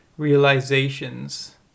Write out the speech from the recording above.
realizations